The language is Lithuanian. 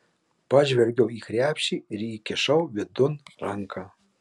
pažvelgiau į krepšį ir įkišau vidun ranką